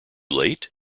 late